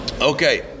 Okay